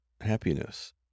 happiness